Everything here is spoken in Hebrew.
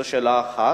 זאת שאלה אחת.